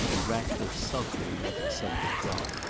and ratcliffe sulkily let the subject drop.